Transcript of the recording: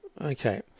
Okay